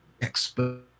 expert